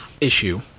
issue